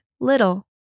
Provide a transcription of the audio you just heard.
little